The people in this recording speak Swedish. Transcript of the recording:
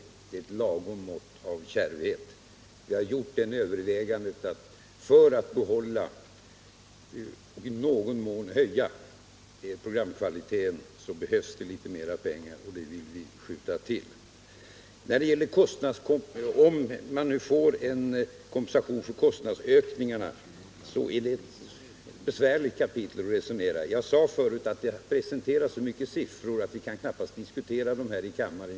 Det är ett lagom mått av kärvhet: Vi har gjort det övervägandet att det — för att behålla och i någon mån höja programkvaliteten — behövs litet mer pengar. Det vill vi skjuta till. Frågan om kompensation för kostnadsökningarna är ett besvärligt kapitel att resonera om. Jag sade förut att det har presenterats så mycket siffror att vi knappast kan diskutera dem här i kammaren.